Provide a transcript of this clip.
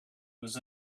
was